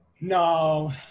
No